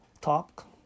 talk